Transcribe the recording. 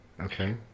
Okay